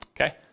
Okay